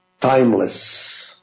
timeless